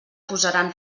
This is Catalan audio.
posaran